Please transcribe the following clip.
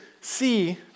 see